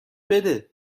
بده